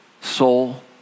soul